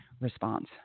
response